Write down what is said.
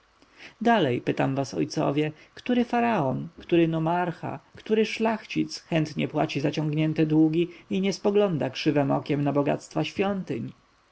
dalej pytam was ojcowie który faraon który nomarcha który szlachcic chętnie płaci zaciągnięte długi i nie spogląda krzywem okiem na bogactwa świątyń